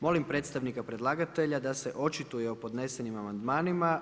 Molim predstavnika predlagatelja da se očituje o podnesenim amandmanima.